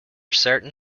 certain